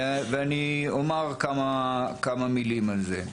ואני אומר כמה מילים על זה.